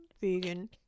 vegan